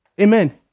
Amen